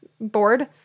bored